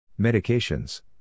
Medications